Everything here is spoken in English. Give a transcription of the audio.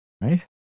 Right